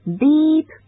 beep